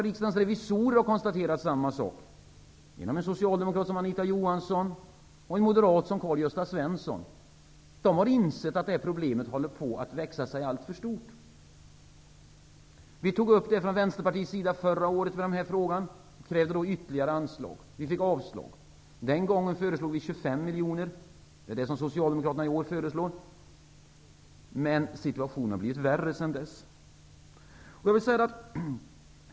Riksdagens revisorer har konstaterat samma sak -- genom en socialdemokrat som Anita Johansson och en moderat som Karl-Gösta Svenson. De har insett att det här problemet håller på att växa sig alltför stort. Från Vänsterpartiets sida tog vi upp den frågan förra året och krävde ytterligare anslag. Vi fick avslag. Den gången föreslog vi 25 miljoner. Det är vad Socialdemokraterna föreslår i år. Situationen har dock blivit värre sedan vi kom med vårt förslag.